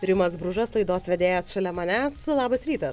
rimas bružas laidos vedėjas šalia manęs labas rytas